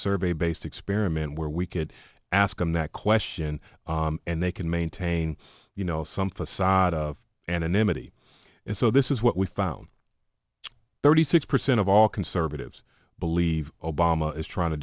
survey based experiment where we could ask them that question and they can maintain you know some facade of anonymity and so this is what we found thirty six percent of all conservatives believe obama is trying to